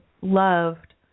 loved